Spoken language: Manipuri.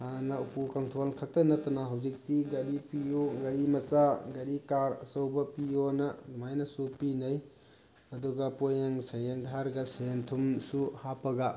ꯍꯥꯟꯅ ꯎꯄꯨ ꯀꯥꯡꯊꯣꯟ ꯈꯛꯇ ꯅꯠꯇꯅ ꯍꯧꯖꯤꯛꯇꯤ ꯒꯥꯔꯤ ꯄꯤꯌꯣ ꯒꯥꯔꯤ ꯃꯆꯥ ꯒꯥꯔꯤ ꯀꯥꯔ ꯑꯆꯧꯕ ꯄꯤꯌꯣꯅ ꯑꯗꯨꯃꯥꯏꯅꯁꯨ ꯄꯤꯅꯩ ꯑꯗꯨꯒ ꯄꯣꯌꯦꯡ ꯆꯌꯦꯡꯗ ꯍꯥꯏꯔꯒ ꯁꯦꯟ ꯊꯨꯝꯁꯨ ꯍꯥꯞꯄꯒ